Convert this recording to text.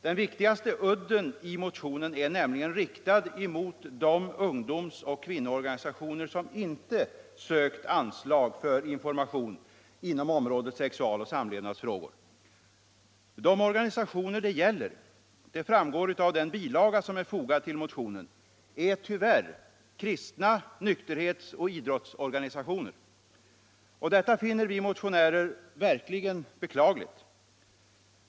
Den viktigaste udden i motionen är nämligen riktad mot de ungdomsoch kvinnoorganisationer som inte sökt anslag för information inom området sexualoch samlevnadsfrågor. De organisationer det gäller — det framgår av den bilaga som är fogad till motionen — är tyvärr kristna, nykterhetsoch idrottsorganisationer. Detta finner vi motionärer verkligen beklagligt.